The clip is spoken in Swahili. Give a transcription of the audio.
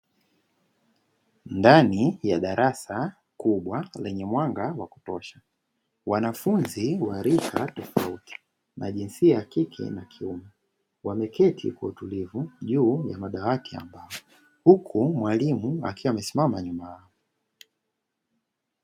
Ndani ya darasa kubwa lenye mwanga wa kutosha, wanafunzi wa rika tofauti na jinsia ya kike wameketi kwa utulivu juu ya madawati ya mbao, huku mwalimu akiwa amesimama nyuma yao.